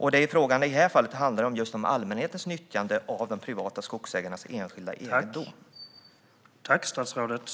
I detta fall handlar det om just allmänhetens nyttjande av privata skogsägares enskilda egendom.